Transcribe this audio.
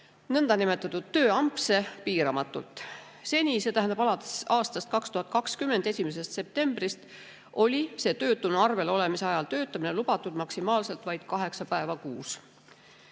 nõndanimetatud tööampse, piiramatult. Seni, see tähendab alates 2020. aasta 1. septembrist, oli töötuna arvel olemise ajal töötamine lubatud maksimaalselt vaid kaheksa päeva kuus.